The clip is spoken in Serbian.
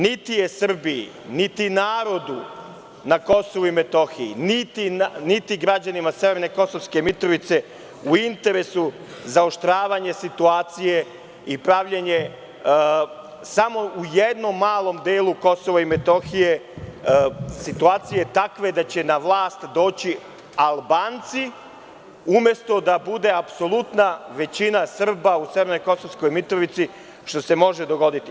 Niti je Srbiji, niti narodu na Kosovu i Metohiji, niti građanima severne Kosovske Mitrovice u interesu zaoštravanje situacije i pravljenje, samo u jednom malom delu Kosova i Metohije situacije takve da će na vlast doći Albanci, umesto da bude apsolutna većina Srba u severnoj Kosovskoj Mitrovici, što se može dogoditi.